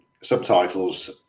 subtitles